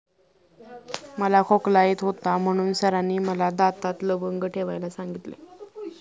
मला खोकला येत होता म्हणून सरांनी मला दातात लवंग ठेवायला सांगितले